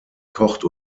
kocht